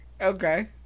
okay